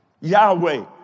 Yahweh